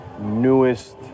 newest